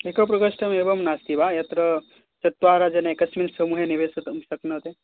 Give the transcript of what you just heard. एकः प्रकोष्ठः एवं नास्ति वा यत्र चत्वारः जनाः एकस्मिन् समूहे निवसितुं शक्नोति